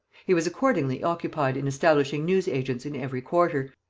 he was accordingly occupied in establishing news-agents in every quarter,